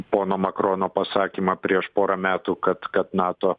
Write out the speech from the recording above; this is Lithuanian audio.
pono makrono pasakymą prieš porą metų kad kad nato